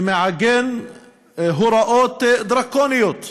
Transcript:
שמעגן הוראות דרקוניות,